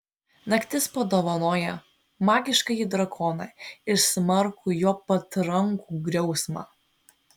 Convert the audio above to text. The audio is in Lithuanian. naktis padovanojo magiškąjį drakoną ir smarkų jo patrankų griausmą